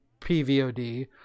PVOD